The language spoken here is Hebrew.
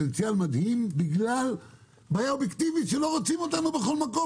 מדהים בגלל בעיה אובייקטיבית כי לא רוצים אותנו בכל מקום,